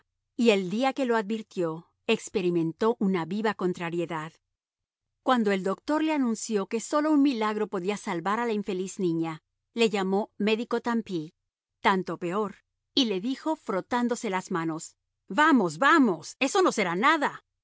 y el día que lo advirtió experimentó una viva contrariedad cuando el doctor le anunció que sólo un milagro podía salvar a la infeliz niña le llamó médico tant pis tanto peor y le dijo frotándose las manos vamos vamos eso no será nada